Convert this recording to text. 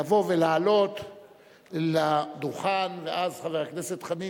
ולעלות לדוכן, ואז, חבר הכנסת חנין,